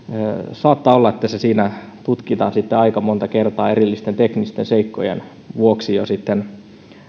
saattaa olla että siinä tutkitaan sitten aika monta kertaa erillisten teknisten seikkojen vuoksi jo sitten